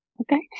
okay